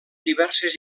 diverses